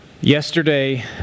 Yesterday